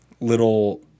little